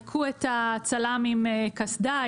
היכו את הצלם עם הקסדה,